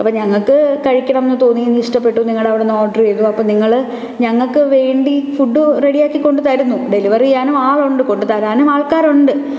അപ്പോള് ഞങ്ങള്ക്ക് കഴിക്കണമെന്നു തോന്നി അങ്ങ് ഇഷ്ടപ്പെട്ടു നിങ്ങളുടെ അവിടുന്ന് ഓഡറെയ്തു അപ്പോള് നിങ്ങള് ഞങ്ങള്ക്കുവേണ്ടി ഫുഡ് റെഡിയാക്കി കൊണ്ടു തരുന്നു ഡെലിവറി ചെയ്യാനും ആളുണ്ട് കൊണ്ടുത്തരാനും ആൾക്കാരുണ്ട്